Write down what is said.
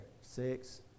Six